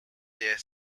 their